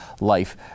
life